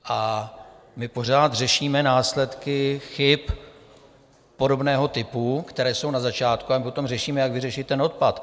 A my pořád řešíme následky chyb podobného typu, které jsou na začátku, a my potom řešíme, jak vyřešit odpad.